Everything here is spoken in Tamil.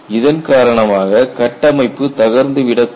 இதன் காரணமாக கட்டமைப்பு தகர்ந்து விடக்கூடும்